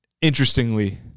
interestingly